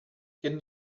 can